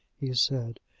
he said.